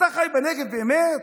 אתה חי בנגב באמת?